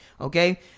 Okay